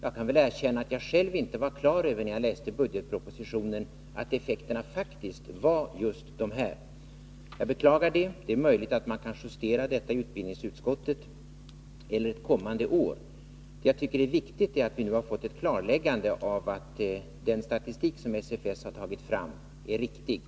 Jag kan väl erkänna att jag själv när jag läste budgetpropositionen inte var på det klara med att effekterna var just de här. Jag beklagar det. Det är möjligt att man kan justera detta i utbildningsutskottet eller ett kommande år. Jag tycker att det är viktigt att vi nu fått ett klarläggande av att den statistik som SFS tagit fram är riktig.